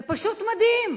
זה פשוט מדהים.